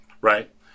right